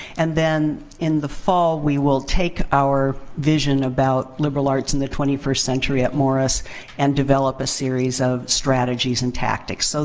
and then, in the fall, we will take our vision about liberal arts in the twenty first century at morris and develop a series of strategies and tactics. so,